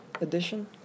Edition